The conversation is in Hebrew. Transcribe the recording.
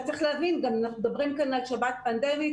צריך להבין גם, אנחנו מדברים כאן על שפעת פנדמית.